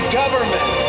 government